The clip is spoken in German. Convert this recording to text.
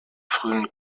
frühen